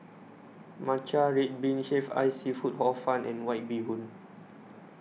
Matcha Red Bean Shaved Ice Seafood Hor Fun and White Bee Hoon